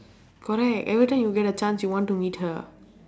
correct every time you get a chance you want to meet her